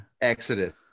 Exodus